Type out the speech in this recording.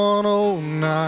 109